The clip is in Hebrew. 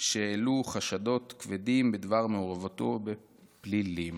שהעלו חשדות כבדים בדבר מעורבותו בפלילים.